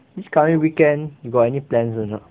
this coming weekend you got any plan or not